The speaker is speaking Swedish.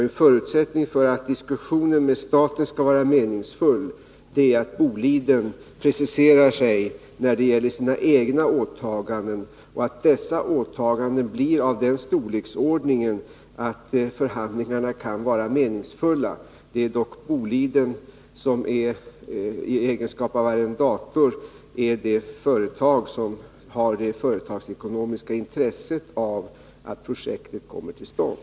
En förutsättning för att diskussionen med staten skall vara meningsfull är att Boliden preciserar sig när det gäller sina egna åtaganden och att dessa blir av den storleksordningen att förhandlingar kan bli meningsfulla. Det är dock Boliden som i egenskap av arrendator har det företagsekonomiska intresset av att projektet kommer till stånd.